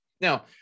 now